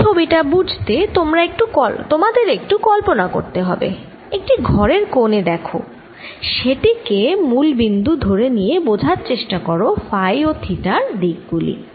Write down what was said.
এই ছবি টা বুঝতে তোমাদের একটু কল্পনা করতে হবে একটি ঘরের কোনে দেখ সেটি কে মূল বিন্দু ধরে নিয়ে বোঝার চেষ্টা করো ফাই ও থিটার দিক গুলি